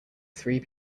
three